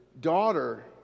daughter